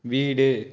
வீடு